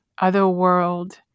otherworld